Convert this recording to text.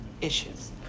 issues